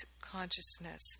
Consciousness